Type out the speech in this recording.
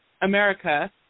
America